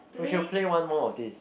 we should play one more of this